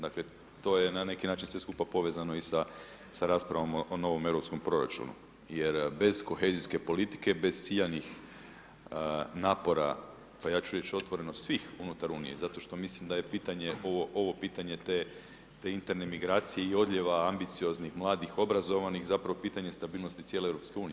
Dakle, to je na neki način sve skupa povezano i sa raspravom o novom europskom proračunu jer bez kohezijske politike, bez ciljanih napora, pa ja ću reći otvoreno, svih unutar EU, zato što mislim da je ovo pitanje te interne migracije i odljeva ambicioznih, mladih, obrazovanih, zapravo pitanje stabilnosti cijele EU.